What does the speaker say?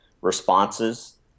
responses